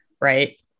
right